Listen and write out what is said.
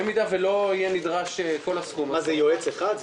אם לא יידרש כל הסכום הזה --- זה יועץ אחד?